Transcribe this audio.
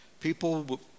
People